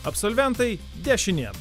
absolventai dešinėn